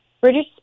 British